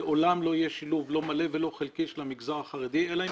לעולם לא יהיה שילוב לא מלא ולא חלקי של המגזר החרדי אלא אם